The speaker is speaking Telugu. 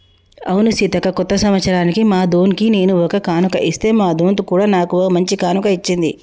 అవును సీతక్క కొత్త సంవత్సరానికి మా దొన్కి నేను ఒక కానుక ఇస్తే మా దొంత్ కూడా నాకు ఓ మంచి కానుక ఇచ్చింది